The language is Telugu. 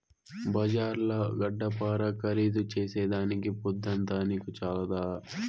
బజార్ల గడ్డపార ఖరీదు చేసేదానికి పొద్దంతా నీకు చాలదా